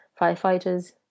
Firefighters